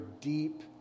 deep